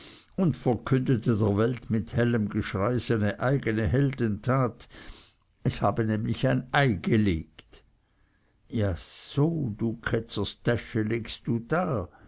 und verkündete der welt mit hellem geschrei seine eigene heldentat es habe nämlich ein ei gelegt ja so du ketzers täsche legst du da